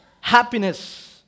happiness